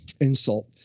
insult